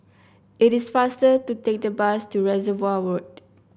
it is faster to take the bus to Reservoir Road